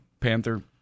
panther